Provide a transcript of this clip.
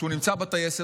כשהוא נמצא בטייסת.